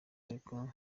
ariko